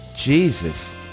Jesus